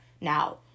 now